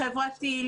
חברתי,